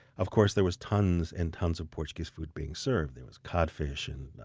of course, there was tons and tons of portuguese food being served. there was codfish, and